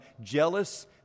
jealous